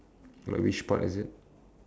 like which part is it